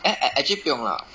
act~ act~ actually 不用 lah